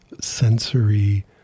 sensory